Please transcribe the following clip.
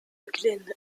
glen